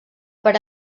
per